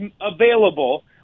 available